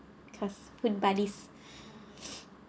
because good buddies